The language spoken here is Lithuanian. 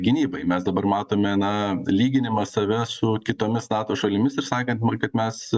gynybai mes dabar matome na lyginimas savęs su kitomis nato šalimis ir sakant kad mes